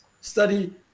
study